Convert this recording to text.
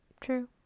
true